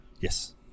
Yes